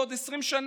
בעוד עשרים שנה.